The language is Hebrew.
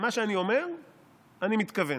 מה שאני אומר אני מתכוון.